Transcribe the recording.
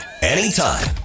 anytime